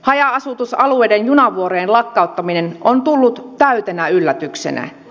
haja asutusalueiden junavuorojen lakkauttaminen on tullut täytenä yllätyksenä